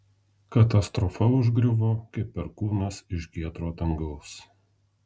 katastrofa užgriuvo kaip perkūnas iš giedro dangaus